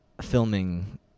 Filming